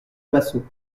massot